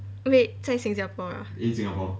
wait 在新加坡 ah